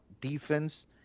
defense